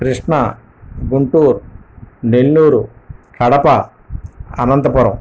Krishna Guntur Nellore Kadapa Anantapuram